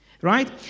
Right